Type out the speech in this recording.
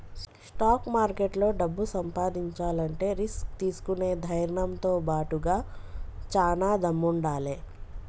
stock మార్కెట్లో డబ్బు సంపాదించాలంటే రిస్క్ తీసుకునే ధైర్నంతో బాటుగా చానా దమ్ముండాలే